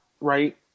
right